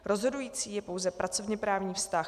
Rozhodující je pouze pracovněprávní vztah.